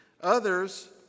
others